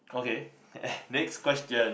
okay next question